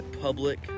public